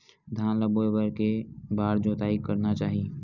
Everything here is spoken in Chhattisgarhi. धान ल बोए बर के बार जोताई करना चाही?